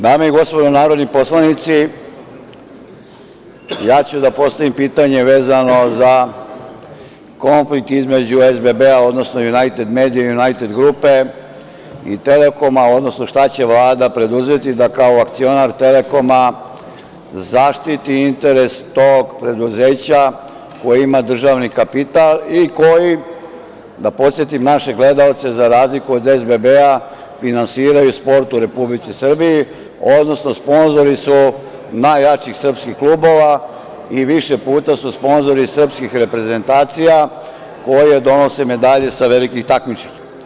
Dame i gospodo narodni poslanici, ja ću da postavim pitanje vezano za konflikt između SBB, odnosno „Junajted medije“, „Junajted grupe“ i „Telekoma“, odnosno šta će Vlada preduzeti da kao akcionar „Telekoma“ zaštiti interes tog preduzeća koje ima državni kapital i koji, da podsetim naše gledaoce, za razliku od SBB finansiraju sport u Republici Srbiji, odnosno sponzori su najjačih srpskih klubova i više puta su sponzori srpskih reprezentacija koje donose medalje sa velikih takmičenja.